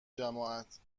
جماعت